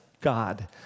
God